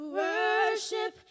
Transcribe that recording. worship